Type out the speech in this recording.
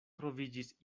troviĝis